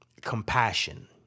compassion